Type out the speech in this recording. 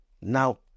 now